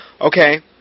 Okay